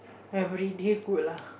everyday good lah